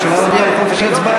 הממשלה הודיעה על חופש הצבעה.